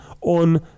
on